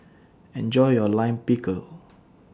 Enjoy your Lime Pickle